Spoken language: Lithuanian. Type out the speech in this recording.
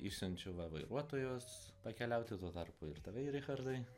išsiunčiu va vairuotojos pakeliauti tuo tarpu ir tave richardai